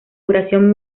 duración